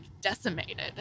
decimated